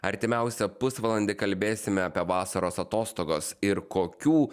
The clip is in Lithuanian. artimiausią pusvalandį kalbėsime apie vasaros atostogas ir kokių